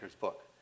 book